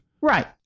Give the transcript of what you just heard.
Right